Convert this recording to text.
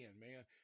man